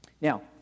Now